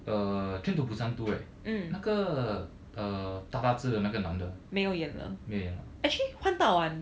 uh train to busan two right 那个 uh 大大只的那个男的没有演了